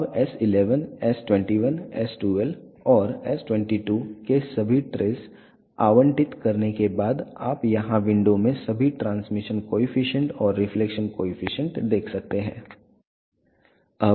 अब S11 S21 S12 और S22 के सभी ट्रेस आवंटित करने के बाद आप यहां एक विंडो में सभी ट्रांसमिशन कॉएफिशिएंट और रिफ्लेक्शन कॉएफिशिएंट देख सकते हैं